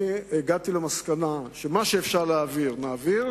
אני הגעתי למסקנה שמה שאפשר להעביר נעביר,